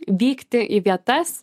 vykti į vietas